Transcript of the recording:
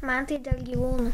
man tai dėl gyvūnų